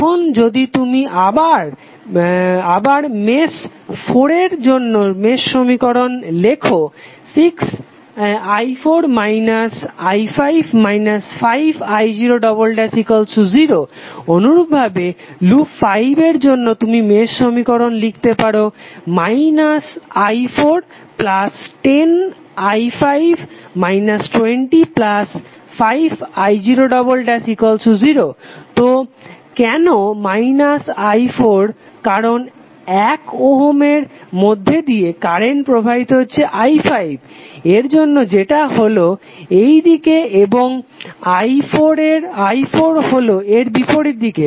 এখন যদি তুমি আবার মেশ 4 এর জন্য মেশ সমীকরণ লেখো 6i4 i5 5i00 অনুরূপভাবে লুপ 5 এর জন্য তুমি মেশ সমীকরণ লিখতে পারো i410i5 205i00 তো কেন i4 কারণ 1 ওহমের মধ্যে দিয়ে কারেন্ট প্রবাহিত হচ্ছে i5 এর জন্য যেটা হলো এইদিকে এবং i4 হলো এর বিপরীত দিকে